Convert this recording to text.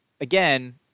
again